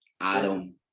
Adam